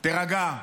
תירגע.